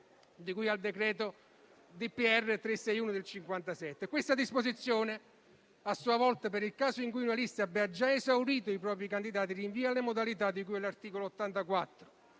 della Repubblica n. 361 del 1957. Questa disposizione a sua volta, nel caso in cui una lista abbia già esaurito i propri candidati, rinvia alle modalità di cui all'articolo 84.